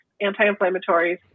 anti-inflammatories